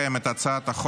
מארנונה)